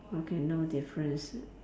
okay no difference